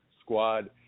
squad